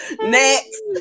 Next